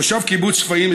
תושב קיבוץ שפיים,